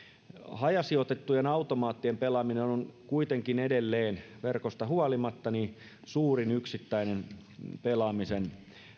hajasijoitettujen automaattien pelaaminen on on kuitenkin edelleen verkosta huolimatta suurin yksittäinen pelaamisen